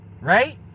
Right